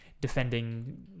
defending